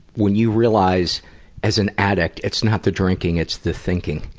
when you realize as an addict, it's not the drinking, it's the thinking.